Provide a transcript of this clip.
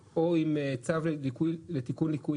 מוצרי חלב שאין מה לדבר בכלל על יוקר מחיה בתחום הזה,